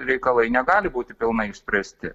reikalai negali būti pilnai išspręsti